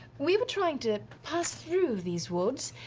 we were trying to pass through these woods,